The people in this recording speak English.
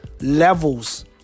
levels